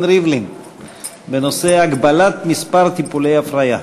ריבלין בנושא: הגבלת מספר טיפולי הפריה.